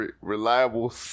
reliable